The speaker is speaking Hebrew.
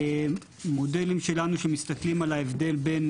מודלים שלנו שמסתכלים על ההבדל בין